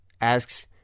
asks